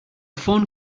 phone